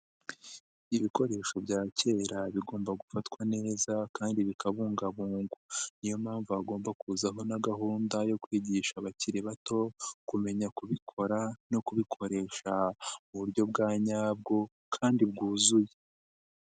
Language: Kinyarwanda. Ibikoresho bya kera bigomba gufatwa neza kandi bikabungabungwa, niyo mpamvu hagomba kuzaho na gahunda yo kwigisha abakiri bato, kumenya kubikora no kubikoresha mu buryo bwa nyabwo kandi bwuzuye.